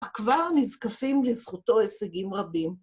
‫כבר נזקפים לזכותו הישגים רבים.